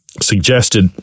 suggested